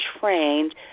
trained